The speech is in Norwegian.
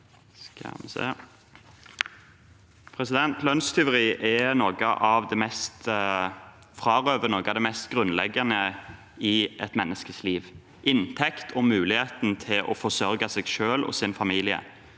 Lønnstyveri er noe av det som frarøver noe av det mest grunnleggende i et menneskes liv, nemlig inntekt og muligheten til å forsørge seg selv og sin familie.